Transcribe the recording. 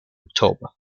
october